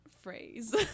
phrase